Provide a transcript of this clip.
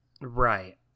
right